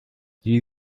sie